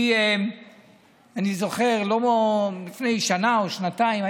אני זוכר, לפני שנה או שנתיים,